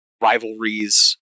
rivalries